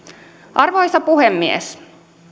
arvoisa puhemies